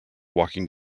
walking